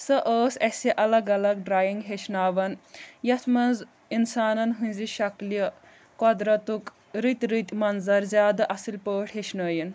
سۄ ٲس اَسہِ اَلگ اَلگ ڈرایِنٛگ ہیٚچھناوان یَتھ منٛز اِنسانَن ہٕنٛزِ شَکلہِ قۄدرَتُک رٕتۍ رٕتۍ مَنظر زیادٕ اَصٕل پٲٹھۍ ہیٚچھنٲیِن